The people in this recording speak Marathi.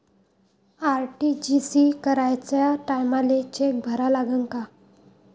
आर.टी.जी.एस कराच्या टायमाले चेक भरा लागन का?